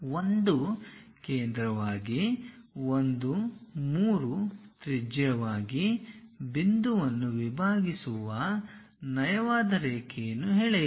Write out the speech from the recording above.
1 ಕೇಂದ್ರವಾಗಿ 1 3 ತ್ರಿಜ್ಯವಾಗಿ ಬಿಂದುವನ್ನು ವಿಭಾಗಿಸುವ ನಯವಾದ ರೇಖೆಯನ್ನು ಎಳೆಯಿರಿ